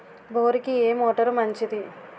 బోరుకి ఏ మోటారు మంచిది?